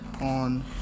on